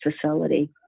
facility